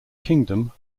kingdom